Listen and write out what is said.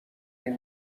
این